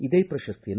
ಇದೇ ಪ್ರಶಸ್ತಿಯನ್ನು